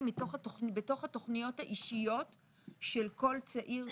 בתוך התוכניות האישיות של כל צעיר,